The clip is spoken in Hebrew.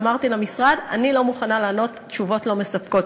ואמרתי למשרד: אני לא מוכנה לענות תשובות לא מספקות.